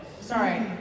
Sorry